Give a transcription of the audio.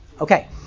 Okay